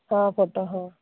ହଁ ଫଟୋ ହଁ